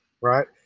right